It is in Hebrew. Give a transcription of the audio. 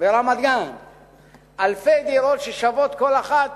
ברמת-גן אלפי דירות ששוות כל אחת